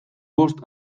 bost